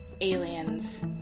aliens